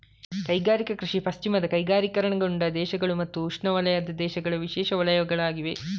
ಕೈಗಾರಿಕಾ ಕೃಷಿ ಪಶ್ಚಿಮದ ಕೈಗಾರಿಕೀಕರಣಗೊಂಡ ದೇಶಗಳು ಮತ್ತು ಉಷ್ಣವಲಯದ ದೇಶಗಳ ವಿಶೇಷ ವಲಯಗಳಾಗಿವೆ